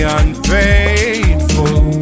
unfaithful